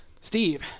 Steve